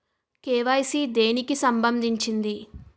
KYC దేనికి సంబందించింది?